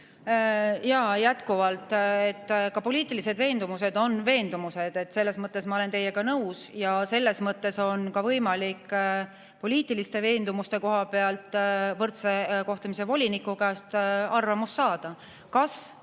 Jaa, jätkuvalt: ka poliitilised veendumused on veendumused. Selles mõttes ma olen teiega nõus ja selles mõttes on ka võimalik poliitiliste veendumuste koha pealt võrdse kohtlemise voliniku käest arvamust saada, kes